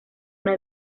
una